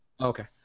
Okay